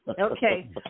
Okay